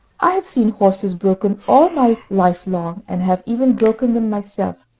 i have seen horses broken all my life long, and have even broken them myself,